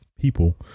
people